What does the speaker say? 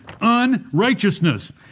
unrighteousness